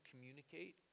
communicate